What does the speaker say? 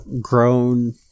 grown